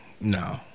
No